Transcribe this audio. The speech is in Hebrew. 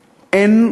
אין,